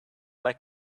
like